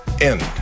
end